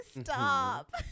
Stop